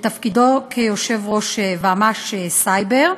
בתפקידו כיושב-ראש ועדת המשנה להגנה בסייבר.